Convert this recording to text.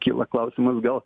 kyla klausimas gal